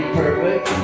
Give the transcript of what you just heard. perfect